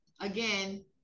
again